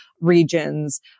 regions